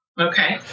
Okay